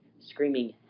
screaming